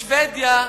שבדיה,